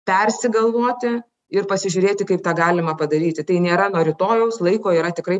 persigalvoti ir pasižiūrėti kaip tą galima padaryti tai nėra nuo rytojaus laiko yra tikrai